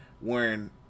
wearing